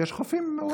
ויש חופים מעורבים.